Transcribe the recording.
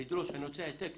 אני רוצה העתק,